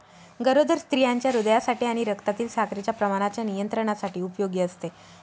गरोदर स्त्रियांच्या हृदयासाठी आणि रक्तातील साखरेच्या प्रमाणाच्या नियंत्रणासाठी उपयोगी असते